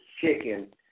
chicken